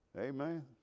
Amen